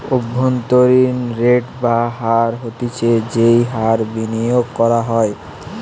অভ্যন্তরীন রেট বা হার হতিছে যেই হার বিনিয়োগ করা হয়